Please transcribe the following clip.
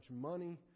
money